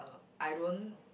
I don't